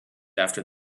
after